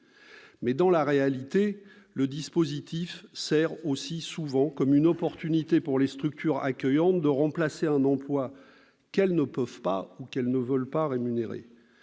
dans la réalité, le dispositif sert souvent à permettre aux structures accueillantes de remplacer un emploi qu'elles ne peuvent pas ou qu'elles ne veulent pas rémunérer.